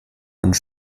und